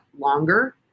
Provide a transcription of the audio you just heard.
longer